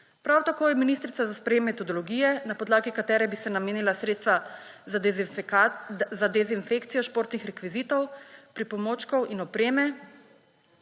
Prav tako je ministrica za sprejetje metodologije, na podlagi katere bi se namenila sredstva za dezinfekcijo športnih rekvizitov, pripomočkov in opreme,